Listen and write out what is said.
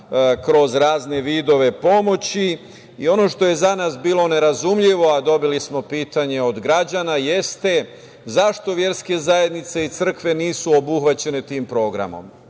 kroz razne vidove pomoći i ono što je za nas bilo nerazumljivo, a dobili smo pitanje od građana jeste – zašto verske zajednice i crkve nisu obuhvaćene tim programom?